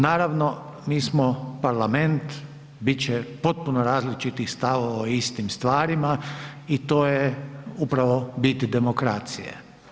Naravno, mi smo parlament, bit će potpuno različitih stavova o istim stvarima i to je upravo bit demokracije.